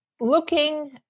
looking